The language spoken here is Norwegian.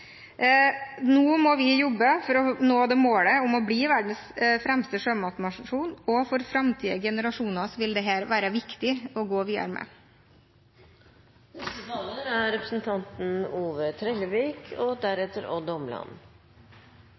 Nå må vi jobbe for å nå målet om å bli verdens fremste sjømatnasjon. For framtidige generasjoner vil dette være viktig å gå videre med. Norsk sjømatnæring er svært eksportorientert og